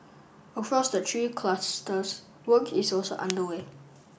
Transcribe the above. across the three clusters work is also underway